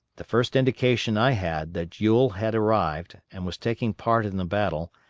the first indication i had that ewell had arrived, and was taking part in the battle,